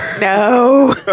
No